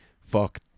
fuck